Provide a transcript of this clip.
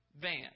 Van